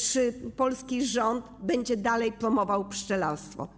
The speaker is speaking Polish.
Czy polski rząd będzie dalej promował pszczelarstwo?